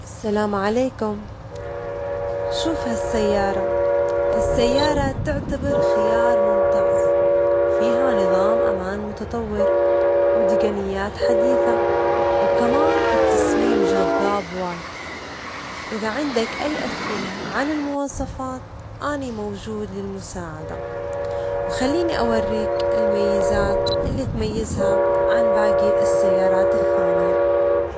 السلام عليكم، شوف ها السيارة! ها السيارة تعتبر خيار ممتاز؛ فيها نظام أمان متطور وتجنيات حديثة، و كمان التصميم جذاب وايض، إذا عندك أي أسئلة عن المواصفات أني موجود للمساعدة، وخليني أوريك المميزات اللي تميزها عن باجي السيارات الثانية.